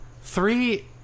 three